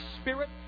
spirit